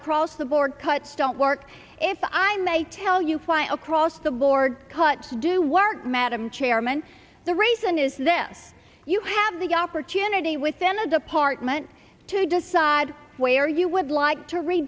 across the board cuts don't work if i may tell you why across the board cuts do work madam chairman the reason is that you have the opportunity within the department to decide where you would like to re